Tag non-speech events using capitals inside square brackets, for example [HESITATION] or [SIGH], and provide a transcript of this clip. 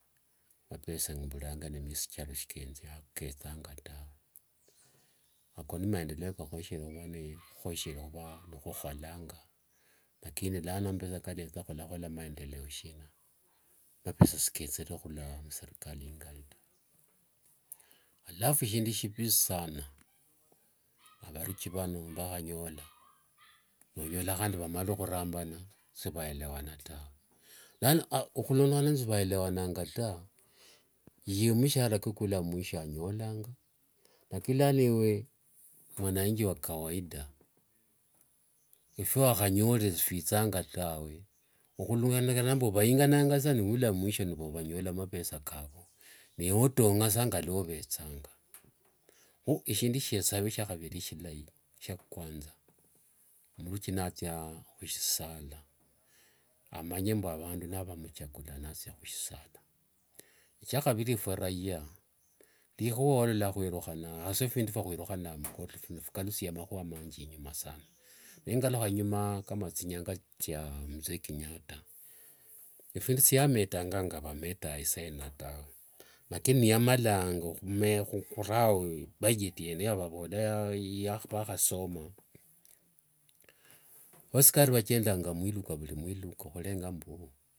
Mapesa [UNINTELLIGIBLE] sikechanga tawe, ako n maendeleo [NOISE] khukhoyeshere [NOISE] nikhukholanga, lakini lano mapesa nikaletha khwalakhola maendeleo shina. Mapesa sikechere khulula mserikari ingali taa. Alafu shindu shivi sana avaruchi [NOISE] vano nivakhanyola, nonyola mbu vamarire khuramba, shivelewana ta. Lano [HESITATION] okhulondekana nende shivaewana ta, ye mushara kwae nikulo mwisho anyolanga, lakini lano ewe mwananchi wa kawaida, ephiawakhanyorere shivithanga tawe. [UNINTELLIGIBLE] vaingananga sa nilula mwisho nivanyola mapesa kavu newe otongasa ngaluovethanga. Khu, eshindu shindakhasava shia khaviri shilai, shia kwanza, muruchi nathia khusisala amanye mbu vandu nivovamchagula khathie khusisala. Shakhaviri efwe raia, likhua olola khwirukhana, visaa phindi phiikalusinthia makhua inyuma nikhukalukha inyuma kama thinyanga thia mzee kenyatta, ephindu shiametanga kavametenga isaino tawe. lakini ngiyamalanga khurao ibudget ngaya vavola [HESITATION] vakhasoma, vasikari vachendanga mwiluka khulenga mbu.